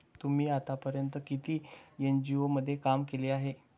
तुम्ही आतापर्यंत किती एन.जी.ओ मध्ये काम केले आहे?